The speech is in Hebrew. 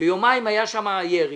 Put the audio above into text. ויומיים היה שם ירי,